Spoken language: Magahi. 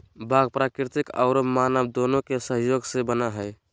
बाग प्राकृतिक औरो मानव दोनों के सहयोग से बना हइ